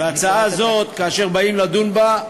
וההצעה הזאת, כאשר באים לדון בה,